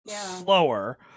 slower